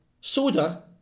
soda